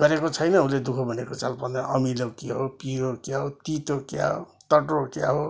गरेको छैन उसले दुखः भनेको चाल पाउँदैन अमिलो के हो पिरो के हो तितो के हो टर्रो के हो